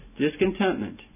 Discontentment